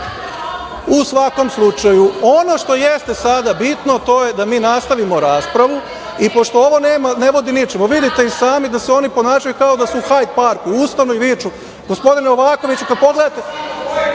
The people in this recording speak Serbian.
svakom slučaju, ono što jeste sada bitno, to je da mi nastavimo raspravu i pošto ovo ne vodi ničemu, vidite i sami da se oni ponašaju kao da su u Hajd parku, ustanu i viču, gospodine Novakoviću, pogledajte